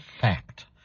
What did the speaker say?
fact